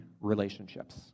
relationships